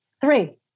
Three